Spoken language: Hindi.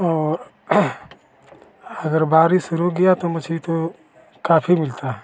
और अगर बारिश रुक गया तो मछली तो काफी मिलती है